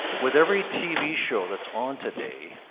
with every tv show that's on today,